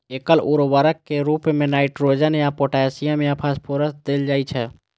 एकल उर्वरक के रूप मे नाइट्रोजन या पोटेशियम या फास्फोरस देल जाइ छै